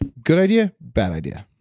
ah good idea, bad idea?